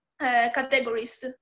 categories